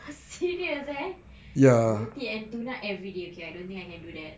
serious eh roti and tuna everyday okay I don't think I can do that